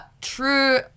true